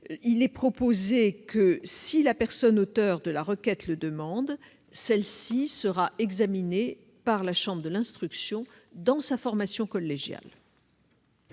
il est proposé que, si l'auteur de la requête le demande, celle-ci soit examinée par la chambre de l'instruction dans sa formation collégiale.